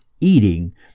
eating